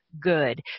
good